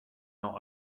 not